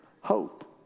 hope